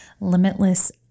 limitless